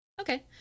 Okay